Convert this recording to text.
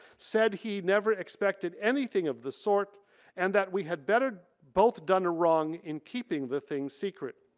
said he never expected anything of the sort and that we had better both done wrong in keeping the thing secret.